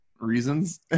reasons